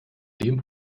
dem